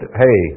hey